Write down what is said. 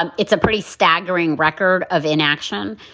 ah it's a pretty staggering record of inaction.